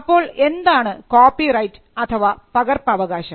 അപ്പോൾ എന്താണ് കോപ്പിറൈറ്റ് അഥവാ പകർപ്പവകാശം